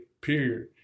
period